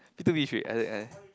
P two P three I I